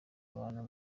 abantu